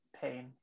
pain